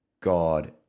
God